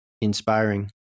inspiring